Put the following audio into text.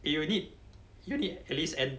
eh you need you need at least an